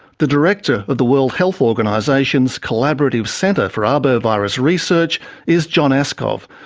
the director of the world health organisation's collaborative centre for arbovirus research is john aaskov,